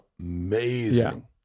amazing